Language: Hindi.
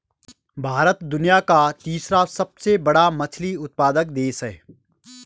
भारत दुनिया का तीसरा सबसे बड़ा मछली उत्पादक देश है